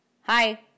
Hi